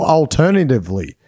alternatively